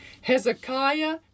Hezekiah